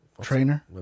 trainer